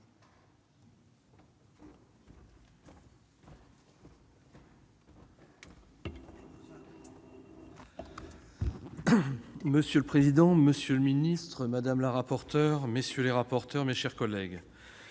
Monsieur le président, monsieur le ministre, madame, messieurs les rapporteurs, mes chers collègues,